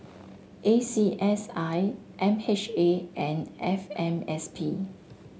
A C S I M H A and F M S P